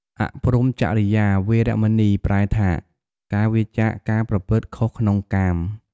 អព្រហ្មចរិយា វេរមណី ប្រែថា ការវៀរចាកការប្រព្រឹត្តខុសក្នុងកាម ។